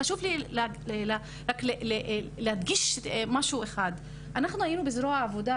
חשוב לי רק להדגיש משהו אחד: אנחנו היינו אז בזרוע העבודה,